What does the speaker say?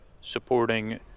supporting